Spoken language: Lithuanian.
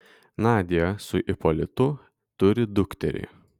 nadia su ipolitu turi dukterį